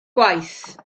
gwaith